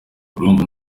urumva